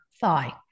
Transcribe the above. thigh